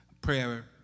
prayer